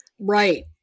Right